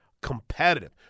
competitive